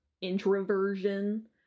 introversion